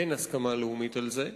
אין הסכמה לאומית על זה.